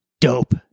dope